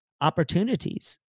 opportunities